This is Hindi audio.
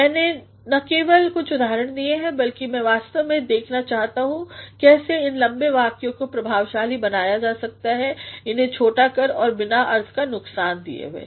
मैने न केवल कुछउदाहरण दिए हैं बल्कि मै वास्तव में दिखाना छह रहा हूँ कैसे इन लम्बे वाक्यों को प्रभावशाली बनाया जा सकता है इन्हें छोटा कर के बिना अर्थ का नुकसान हुए